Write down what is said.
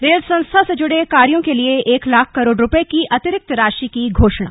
rail संरक्षा से जुड़े कार्यो के लिए एक लाख करोड़ रूपये की अतिरिक्त राशि की घोषणा